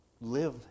live